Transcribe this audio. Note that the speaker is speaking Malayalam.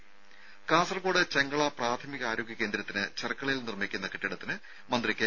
രംഭ കാസർകോട് ചെങ്കള പ്രാഥമിക ആരോഗ്യ കേന്ദ്രത്തിന് ചെർക്കളയിൽ നിർമ്മിക്കുന്ന കെട്ടിടത്തിന് മന്ത്രി കെ